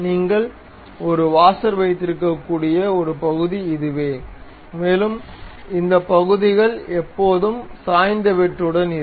நீங்கள் ஒரு வாஷர் வைத்திருக்கக்கூடிய ஒரு பகுதி இதுவே மேலும் இந்த பகுதிகள் எப்போதும் சாய்ந்த வெட்டுடன் இருக்கும்